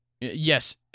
Yes